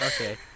Okay